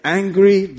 angry